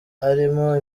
arimo